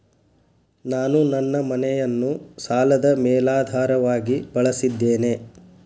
ನಾನು ನನ್ನ ಮನೆಯನ್ನು ಸಾಲದ ಮೇಲಾಧಾರವಾಗಿ ಬಳಸಿದ್ದೇನೆ